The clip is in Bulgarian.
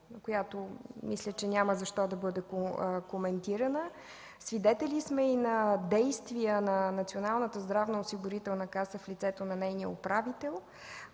която няма защо да бъде коментирана, свидетели сме и на действия на Националната здравноосигурителна каса в лицето на нейния управител,